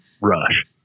rush